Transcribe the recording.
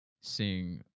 seeing